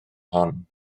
hon